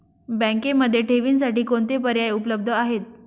बँकेमध्ये ठेवींसाठी कोणते पर्याय उपलब्ध आहेत?